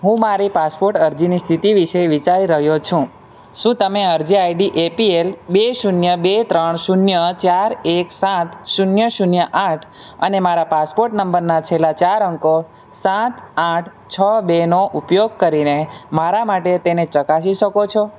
હું મારી પાસપોર્ટ અરજીની સ્થિતિ વિશે વિચારી રહ્યો છું શું તમે અરજી આઈડી એપીએલ બે શૂન્ય બે ત્રણ શૂન્ય ચાર એક સાત શૂન્ય શૂન્ય આઠ અને મારા પાસપોર્ટ નંબરના છેલ્લાં ચાર અંકો સાત આઠ છ બેનો ઉપયોગ કરીને મારા માટે તેને ચકાસી શકો છો